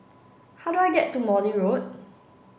how do I get to Morley Road